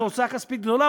זו הוצאה כספית גדולה,